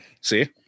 See